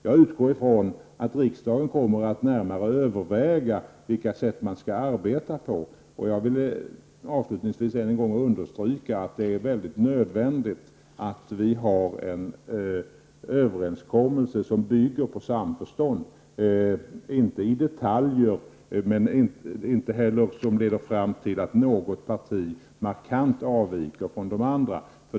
Jag utgår ifrån att riksdagen kommer att närmare överväga vilka sätt riksdagen skall arbeta på. Jag vill avslutningsvis än en gång understryka att det är mycket nödvändigt att en överenskommelse bygger på samförstånd. Den behöver inte vara detaljerad, men den skall inte heller leda fram till att något parti markant avviker från de andra.